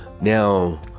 Now